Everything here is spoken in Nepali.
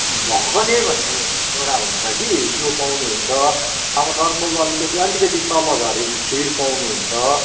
ढकने भन्ने एउटा हुन्छ कि त्यो पाउनुहुन्छ अब नर्मलमा अलिकति अलिकति तल झर्यो भने खिर पाउनुहुन्छ